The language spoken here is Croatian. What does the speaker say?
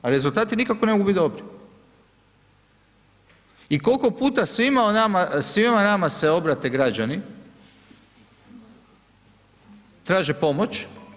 A rezultati nikako ne mogu biti dobri i koliko puta svima nama se obrate građani traže pomoć.